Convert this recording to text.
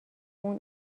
اون